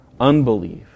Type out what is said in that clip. unbelief